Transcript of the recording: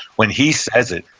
when he says it